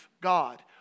God